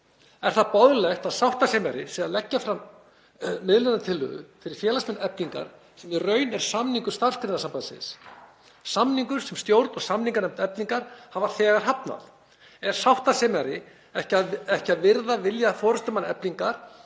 Er það boðlegt að sáttasemjari sé að leggja fram miðlunartillögu fyrir félagsmenn Eflingar sem í raun er samningur Starfsgreinasambandsins, samningur sem stjórn og samninganefnd Eflingar hafa þegar hafnað? Er sáttasemjari ekki að virða vilja forystumanna Eflingar